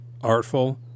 artful